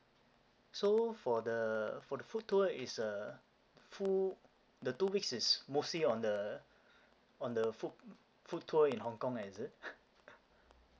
so for the for the food tour is a full the two weeks is mostly on the on the food food tour in hong kong is it